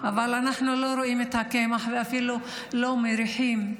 אבל אנחנו לא רואים את הקמח ואפילו לא מריחים,